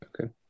Okay